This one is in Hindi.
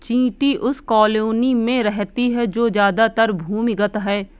चींटी उस कॉलोनी में रहती है जो ज्यादातर भूमिगत है